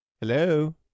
Hello